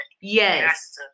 Yes